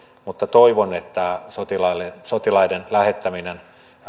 mutta toivon että sotilaiden lähettäminen